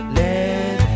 let